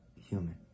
human